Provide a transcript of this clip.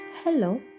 Hello